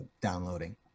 downloading